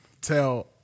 tell